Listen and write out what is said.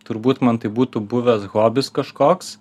turbūt man tai būtų buvęs hobis kažkoks